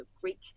Greek